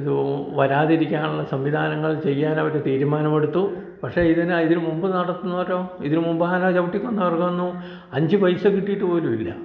ഇത് വരാതിരിക്കാനുള്ള സംവിധാനങ്ങൾ ചെയ്യാൻ അവർ തീരുമാനമെടുത്തു പക്ഷേ ഇതിന് ഇതിന് മുമ്പ് നടന്നവരോ ഇതിനു മുമ്പ് ആന ചവിട്ടി കൊന്നവർക്കൊന്നും അഞ്ചു പൈസ കിട്ടിയിട്ട് പോലുമില്ല